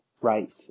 right